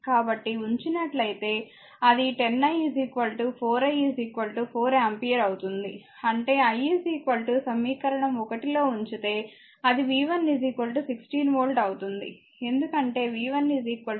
కాబట్టి ఉంచినట్లయితే అది 10 i 40 i 4 ఆంపియర్ అవుతుంది అంటే i సమీకరణం 1 లో ఉంచితే అది v1 16 వోల్ట్ అవుతుంది ఎందుకంటే v 1 4 i